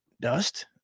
Dust